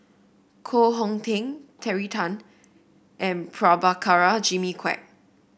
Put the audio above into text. Koh Hong Teng Terry Tan and Prabhakara Jimmy Quek